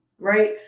right